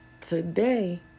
today